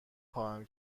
خواهم